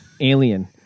Alien